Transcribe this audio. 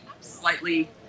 slightly